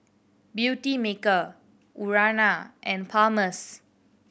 Beautymaker Urana and Palmer's